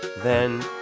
then,